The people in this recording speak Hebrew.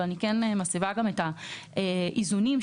אבל אני מסבה את תשומת הלב לאיזונים.